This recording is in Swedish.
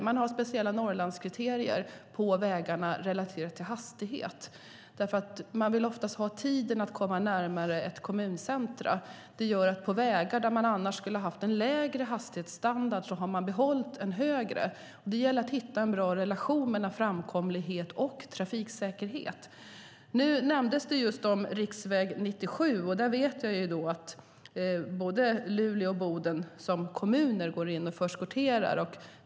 Man har speciella Norrlandskriterier för vägarna relaterade till hastighet. Oftast handlar det om tiden att komma närmare ett kommuncentra. På vägar där man annars skulle ha haft en lägre hastighet har man behållit högre. Det gäller att hitta en bra relation mellan framkomlighet och trafiksäkerhet. Nu nämndes just riksväg 97. Jag vet att både Luleå och Boden som kommuner går in och förskotterar.